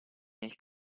nel